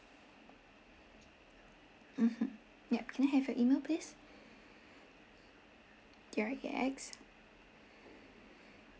mmhmm yup can I have your email please T R E X